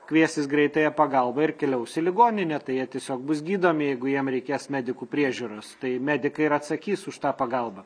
kviesis greitąją pagalbą ir keliaus į ligoninę tai jie tiesiog bus gydomi jeigu jiem reikės medikų priežiūros tai medikai ir atsakys už tą pagalbą